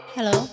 Hello